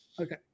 Okay